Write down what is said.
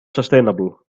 sustainable